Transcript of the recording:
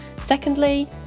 Secondly